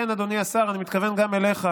כן, אדוני השר, אני מתכוון גם אליך,